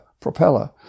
propeller